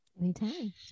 Anytime